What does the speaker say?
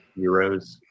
euros